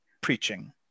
preaching